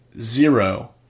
zero